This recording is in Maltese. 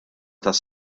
tas